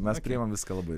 mes priimam viską labai